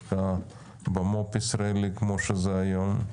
השקעה במו"פ הישראלי כפי שהיא היום.